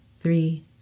three